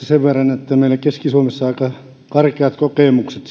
sen verran että meillä keski suomessa on aika karkeat kokemukset